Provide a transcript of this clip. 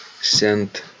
sent